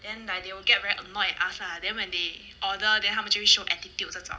then like they'll get very annoyed with us lah then when they order 他们就会 show attitude 这种